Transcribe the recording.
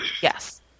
Yes